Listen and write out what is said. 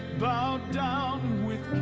bowed down with